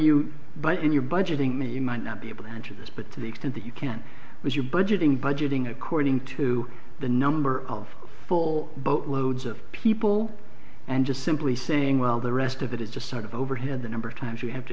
buy in your budgeting may you might not be able to answer this but to the extent that you can with your budgeting budgeting according to the number of full boat loads of people and just simply saying well the rest of it is just sort of overhead the number of times you have to